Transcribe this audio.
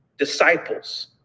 Disciples